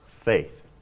faith